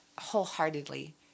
wholeheartedly